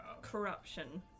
Corruption